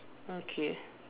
okay